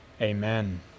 Amen